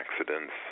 accidents